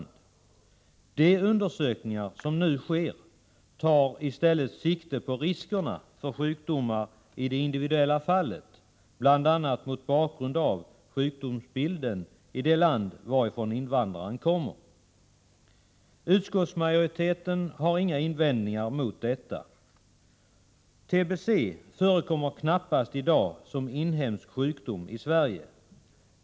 De undersökningar som nu sker tar i stället sikte på riskerna för sjukdomar i det individuella fallet, bl.a. mot bakgrund av sjukdomsbilden i det land varifrån invandraren kommer. Utskottsmajoriteten har inga invändningar emot detta. TBC förekommer i dag knappast som inhemsk sjukdom i Sverige.